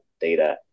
data